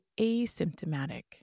asymptomatic